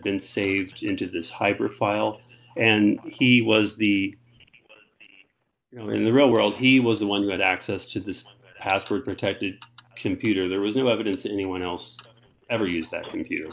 been saved into this high profile and he was the you know in the real world he was the one that access to the password protected computer there was no evidence that anyone else ever used that computer